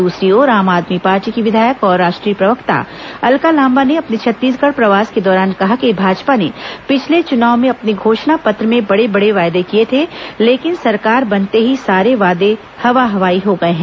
दूसरी ओर आम आदमी पार्टी की विधायक और राष्ट्रीय प्रवक्ता अलका लांबा ने अपने छत्तीसगढ़ प्रवास के दौरान कहा कि भाजपा ने पिछले चुनाव में अपने घोषणा पत्र में बड़े बड़े वायदे किए थे लेकिन सरकार बनते ही सारे वादे हवा हवाई हो गए हैं